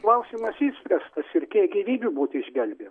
klausimas išspręstas ir kiek gyvybių būtų išgelbėję